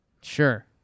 Sure